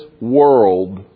world